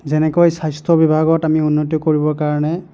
যেনেকৈ স্বাস্থ্য বিভাগত আমি উন্নতি কৰিবৰ কাৰণে